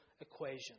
equation